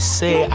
say